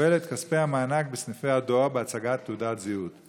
מקבל את כספי המענק בסניפי הדואר בהצגת תעודת זהות.